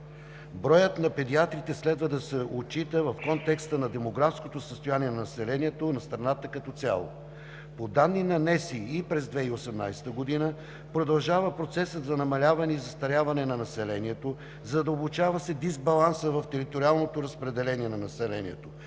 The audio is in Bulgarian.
Броят на педиатрите следва да се отчита в контекста на демографското състояние на населението на страната като цяло. По данни на Националния статистически институт през 2018 г. продължава процесът по намаляване и застаряване на населението, задълбочава се дисбалансът в териториалното разпределение на населението,